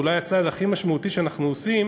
אולי הצעד הכי משמעותי שאנחנו עושים